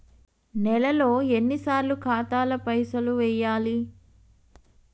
నెలలో ఎన్నిసార్లు ఖాతాల పైసలు వెయ్యాలి?